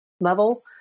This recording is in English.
level